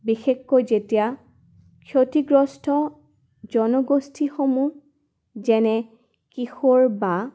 বিশেষকৈ যেতিয়া ক্ষতিগ্ৰস্থ জনগোষ্ঠীসমূহ যেনে কিশোৰ বা